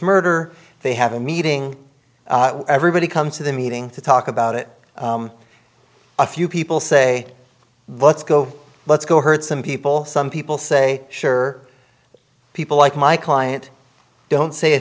murder they have a meeting everybody comes to the meeting to talk about it a few people say let's go let's go hurt some people some people say sure people like my client don't say a